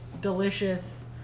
delicious